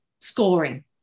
scoring